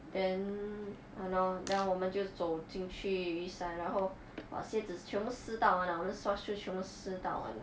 then ah no then 我们就走进去雨伞然后 !wah! 鞋子全部湿到完了我们 sport shoe 全部湿到完